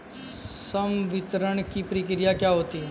संवितरण की प्रक्रिया क्या होती है?